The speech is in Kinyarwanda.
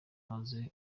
amaze